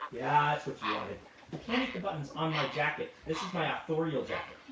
that's what you wanted. you can't eat the buttons on my jacket. this is my authorial jacket.